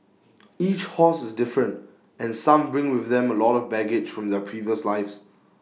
each horse is different and some bring with them A lot of baggage from their previous lives